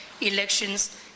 elections